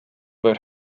but